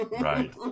Right